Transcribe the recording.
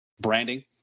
branding